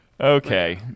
Okay